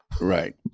Right